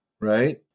right